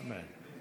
אמן.